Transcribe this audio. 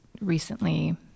recently